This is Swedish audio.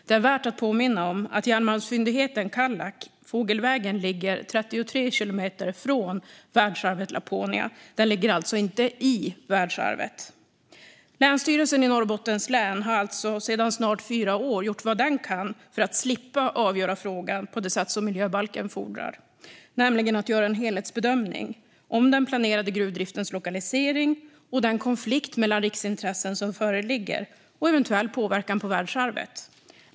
Det är värt att påminna om att järnmalmsfyndigheten Kallak fågelvägen ligger 33 kilometer från världsarvet Laponia. Den ligger alltså inte i världsarvet. Länsstyrelsen i Norrbottens län har alltså sedan snart fyra år gjort vad den kan för att slippa avgöra frågan på det sätt som miljöbalken fordrar, nämligen att göra en helhetsbedömning av den planerade gruvdriftens lokalisering, den konflikt mellan riksintressen som föreligger och eventuell påverkan på världsarvet.